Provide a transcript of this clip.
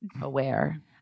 Aware